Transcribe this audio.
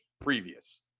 previous